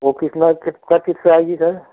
वह कितना कट पिट के आएगी सर